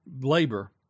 labor